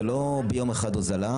זה לא ביום אחד הוזלה.